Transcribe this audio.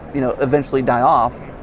you know, eventually die off,